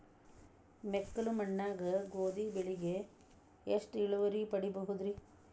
ಮೆಕ್ಕಲು ಮಣ್ಣಾಗ ಗೋಧಿ ಬೆಳಿಗೆ ಎಷ್ಟ ಇಳುವರಿ ಪಡಿಬಹುದ್ರಿ?